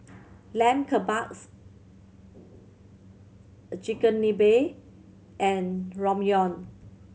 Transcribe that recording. Lamb Kebabs Chigenabe and Ramyeon